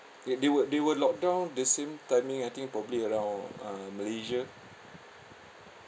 they they were they were locked down the same timing I think probably around uh malaysia